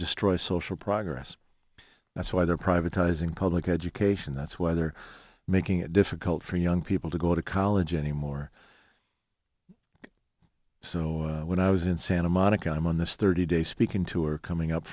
destroy social progress that's why they're privatizing public education that's why they're making it difficult for young people to go to college anymore so when i was in santa monica i'm on this thirty day speaking tour coming up